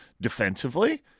defensively